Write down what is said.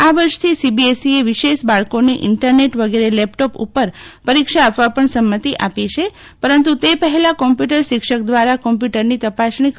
આ વર્ષથી સીબીએસઆઈવિશેષ બાળકોને ઈન્ટરનેટ વગેરે લેપટોપ ઉપર પરીક્ષા આપવા પણ સંમતિ આપી છે પરંતુ તે પહેલા કોમ્પ્યુટર શિક્ષક દખ્વારા કોમ્પ્યુટરની તપાસણી કરવામાં આવશે